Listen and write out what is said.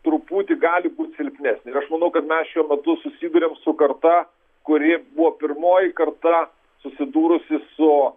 truputį gali būt silpni ir aš manau kad mes šiuo metu susiduriam su karta kuri buvo pirmoji karta susidūrusi su